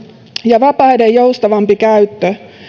ja vapaiden joustavampi käyttö